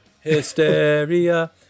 hysteria